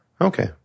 Okay